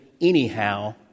anyhow